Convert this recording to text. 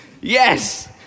Yes